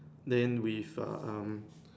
then with um